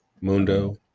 Mundo